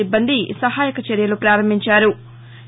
సిబ్బంది సహాయ చర్యలు ప్రారంభించారు